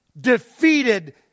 defeated